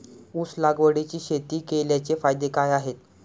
ऊस लागवडीची शेती केल्याचे फायदे काय आहेत?